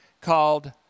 called